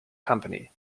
company